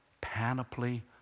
panoply